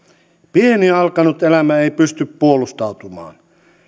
pieni alkanut elämä ei pysty puolustautumaan